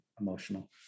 emotional